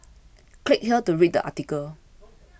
click here to read the article